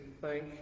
thank